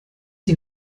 sie